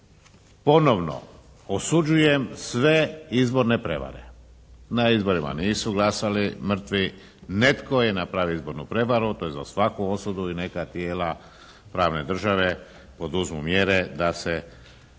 ponovno osuđujem sve izborne prevare. Na izborima nisu glasali mrtvi. Netko je napravio izbornu prevaru, to je za svaku osudu i neka tijela pravne države poduzmu mjere da se